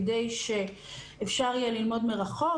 כדי שאפשר יהיה ללמוד מרחוק,